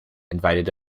invited